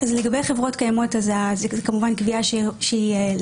לגבי חברות קיימות זו כמובן קביעה לצמיתות.